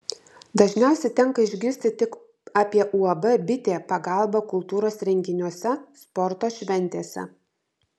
dažniausiai tenka išgirsti tik apie uab bitė pagalbą kultūros renginiuose sporto šventėse